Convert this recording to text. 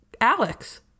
Alex